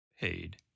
Paid